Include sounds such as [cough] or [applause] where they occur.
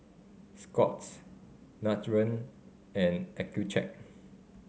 Scott's Nutren and Accucheck [noise]